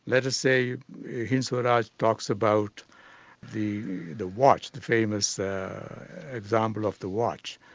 let us say hind swaraj talks about the the watch, the famous example of the watch.